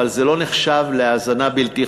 אבל זה לא נחשב להאזנה בלתי חוקית,